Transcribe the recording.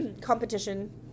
competition